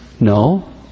No